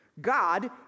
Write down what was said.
God